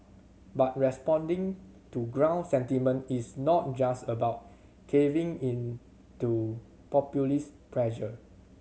but responding to ground sentiment is not just about caving into populist pressure